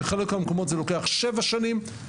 בחלק מהמקומות זה לוקח 7 שנים.